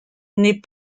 n’aient